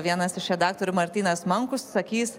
vienas iš redaktorių martynas mankus sakys